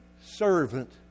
servant